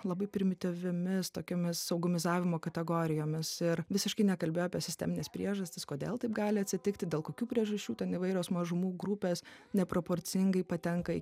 labai primityviomis tokiomis saugumizavimo kategorijomis ir visiškai nekalbėjo apie sistemines priežastis kodėl taip gali atsitikti dėl kokių priežasčių ten įvairios mažumų grupės neproporcingai patenka į